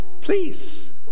Please